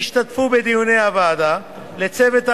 שהשתתפו בדיוני הוועדה, לצוות הוועדה,